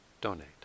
donate